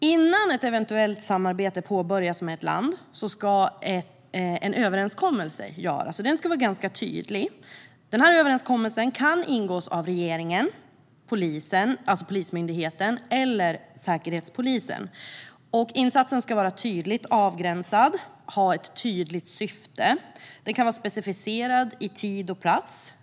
Innan ett eventuellt samarbete med ett land påbörjas ska en överenskommelse göras. Den ska vara ganska tydlig. Överenskommelsen kan ingås av regeringen, Polismyndigheten eller Säkerhetspolisen. Insatsen ska vara tydligt avgränsad och ha ett tydligt syfte. Den kan vara specificerad i fråga om tid och plats.